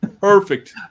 perfect